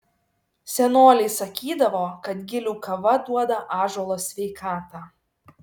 senoliai sakydavo kad gilių kava duoda ąžuolo sveikatą